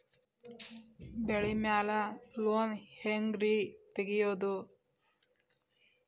ಬೆಳಿ ಮ್ಯಾಲೆ ಲೋನ್ ಹ್ಯಾಂಗ್ ರಿ ತೆಗಿಯೋದ?